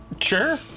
Sure